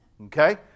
Okay